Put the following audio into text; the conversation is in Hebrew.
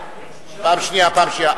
פעם שנייה, פעם שנייה.